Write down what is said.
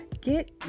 get